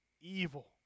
evil